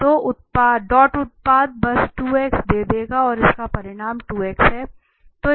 तो डॉट उत्पाद बस 2 x दे देंगे और इसका परिमाण 2 x है